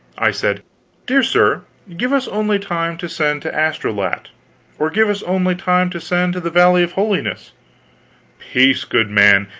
i said dear sir, give us only time to send to astolat or give us only time to send to the valley of holiness peace, good man,